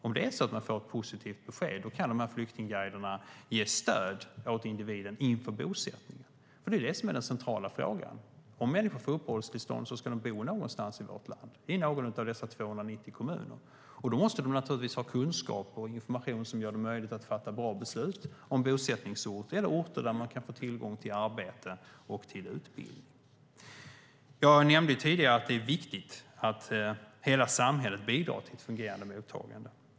Om det är så att man får ett positivt besked kan flyktingguiderna ge stöd till individen inför bosättningen. Det som är den centrala frågan är att om människor får uppehållstillstånd ska de bo någonstans i vårt land i någon av landets 290 kommuner. Då måste de naturligtvis ha kunskap och information som gör det möjligt att fatta bra beslut om bosättningsort eller orter där man kan få tillgång till arbete och till utbildning. Jag nämnde tidigare att det är viktigt att hela samhället bidrar till ett fungerande mottagande.